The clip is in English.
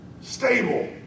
stable